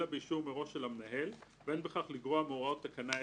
אלא באישור מראש של המנהל ואין בכך לגרוע מהוראות תקנה 10(א)".